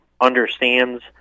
understands